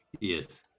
Yes